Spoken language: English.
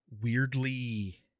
weirdly